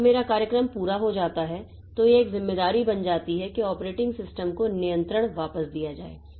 और जब मेरा कार्यक्रम पूरा हो जाता है तो यह एक जिम्मेदारी बन जाती है कि ऑपरेटिंग सिस्टम को नियंत्रण वापस दिया जाए